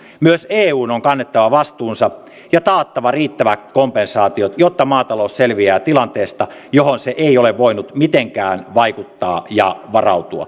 myös eun on kannettava vastuunsa ja taattava riittävät kompensaatiot jotta maatalous selviää tilanteesta johon se ei ole voinut mitenkään vaikuttaa ja varautua